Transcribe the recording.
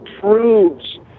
proves